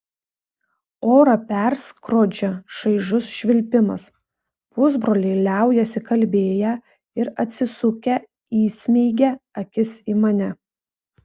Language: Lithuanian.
orą perskrodžia šaižus švilpimas pusbroliai liaujasi kalbėję ir atsisukę įsmeigia akis į mane